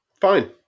Fine